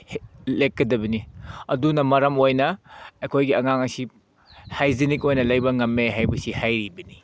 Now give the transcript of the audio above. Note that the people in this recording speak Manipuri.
ꯂꯤꯠꯀꯗꯕꯅꯤ ꯑꯗꯨꯅ ꯃꯔꯝ ꯑꯣꯏꯅ ꯑꯩꯈꯣꯏꯒꯤ ꯑꯉꯥꯡ ꯑꯁꯤ ꯍꯥꯏꯖꯤꯅꯤꯛ ꯑꯣꯏꯅ ꯂꯩꯕ ꯉꯝꯃꯦ ꯍꯥꯏꯕꯁꯤ ꯍꯥꯏꯔꯤꯕꯅꯤ